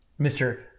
Mr